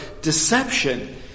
deception